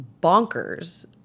bonkers